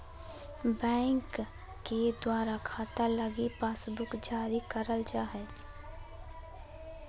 bank के द्वारा खाता लगी पासबुक जारी करल जा हय